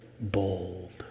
Bold